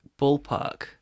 ballpark